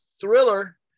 Thriller